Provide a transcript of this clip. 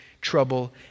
trouble